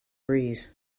breeze